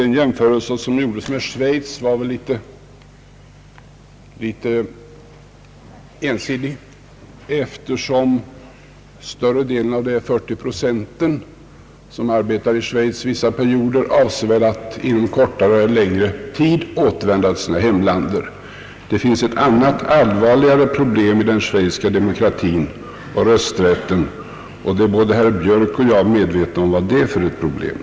Den jämförelse som gjordes med Schweiz kanske var något ensidig eftersom större delen av de 40 procent som under vissa perioder arbetar i Schweiz avser att inom kortare eller längre tid återvända till sina hemländer. Det finns ett annat och mera allvarligt problem i den schweiziska demokratin och rösträtten, och både herr Björk och jag är medvetna om vad det är för ett problem.